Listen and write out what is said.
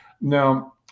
now